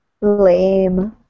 Lame